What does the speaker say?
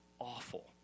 awful